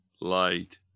light